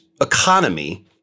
economy